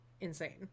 insane